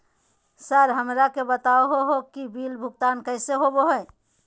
Sir हमरा के बता हो कि बिल भुगतान कैसे होबो है?